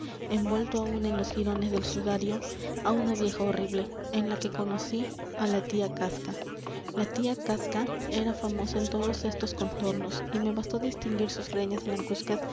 envuelto aún en los jirones del sudario á una vieja horrible en la que conocí á la tía casca la tía casca era famosa en todos estos contornos y me bastó distinguir sus greñas blancuzcas